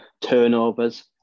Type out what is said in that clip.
Turnovers